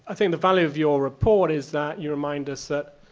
ah think the value of your report is that you remind us that,